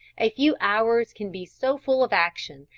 a few hours can be so full of action,